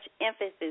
emphasis